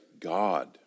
God